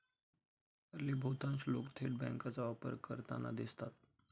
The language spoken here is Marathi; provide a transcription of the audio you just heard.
हल्ली बहुतांश लोक थेट बँकांचा वापर करताना दिसतात